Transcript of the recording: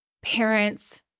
parents